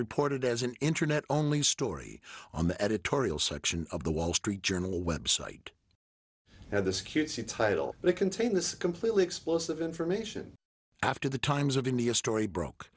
reported as an internet only story on the editorial section of the wall street journal website now this cutesy title may contain this completely explosive information after the times of india story broke